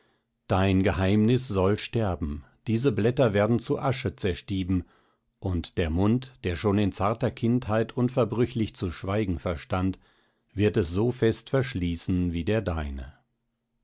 dein geheimnis soll sterben diese blätter werden zu asche zerstieben und der mund der schon in zarter kindheit unverbrüchlich zu schweigen verstand wird es so fest verschließen wie der deine